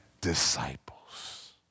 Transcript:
disciples